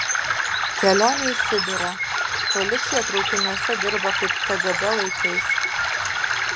kelionė į sibirą policija traukiniuose dirba kaip kgb laikais